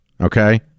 okay